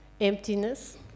Emptiness